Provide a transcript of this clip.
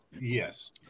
Yes